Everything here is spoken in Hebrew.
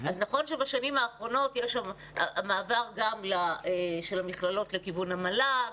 אז נכון שבשנים האחרונות יש מעבר גם של המכללות לכיוון המל"ג,